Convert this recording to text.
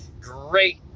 Great